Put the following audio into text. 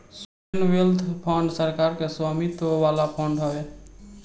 sovereign wealth fund सरकार के स्वामित्व वाला फंड हवे